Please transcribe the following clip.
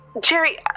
Jerry